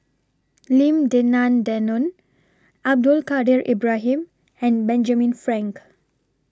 Lim Denan Denon Abdul Kadir Ibrahim and Benjamin Frank